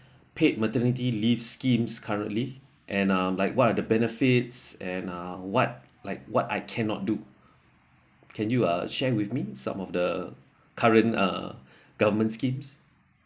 paid maternity leave schemes currently and uh like what are the benefits and uh what like what I cannot do can you uh share with me some of the current err government schemes